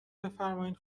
بفرمایین